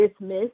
dismiss